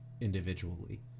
individually